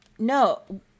No